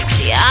See